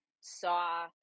saw